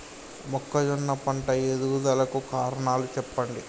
మొక్కజొన్న పంట ఎదుగుదల కు కారణాలు చెప్పండి?